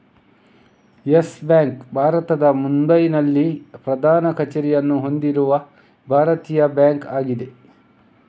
Yes Bank ಭಾರತದ ಮುಂಬೈನಲ್ಲಿ ಪ್ರಧಾನ ಕಚೇರಿಯನ್ನು ಹೊಂದಿರುವ ಭಾರತೀಯ ಬ್ಯಾಂಕ್ ಆಗಿದೆ